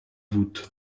voûte